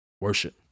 worship